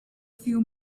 few